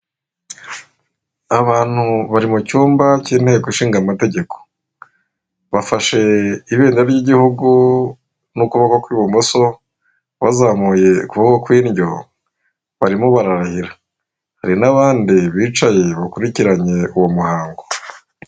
Abantu bari mu cyumba cy'inteko ishinga amategeko bafashe ibendera ry'igihugu n'ukuboko kw'ibumoso bazamuye ukuboko kw'indyo barimo bararahira, hari n'abandi bicaye bakurikiranye uwo muhango.